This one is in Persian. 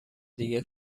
دیگه